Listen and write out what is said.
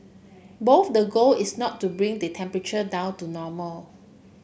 both the goal is not to bring the temperature down to normal